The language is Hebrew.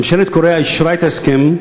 ממשלת קוריאה אישרה את ההסכם,